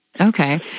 Okay